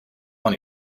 auch